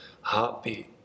heartbeat